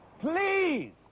Please